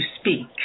speak